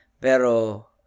Pero